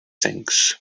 things